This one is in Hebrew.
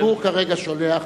הציבור כרגע שולח